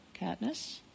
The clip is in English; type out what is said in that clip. Katniss